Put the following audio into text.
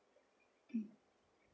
mm